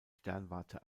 sternwarte